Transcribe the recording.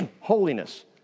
holiness